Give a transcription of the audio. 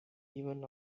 even